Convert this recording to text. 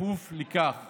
בכפוף לכך